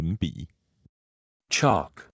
Chalk